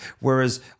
whereas